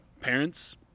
parents